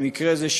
במקרה זה,